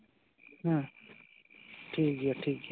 ᱦᱮᱸ ᱴᱷᱤᱠ ᱜᱮᱭᱟ ᱴᱷᱤᱠ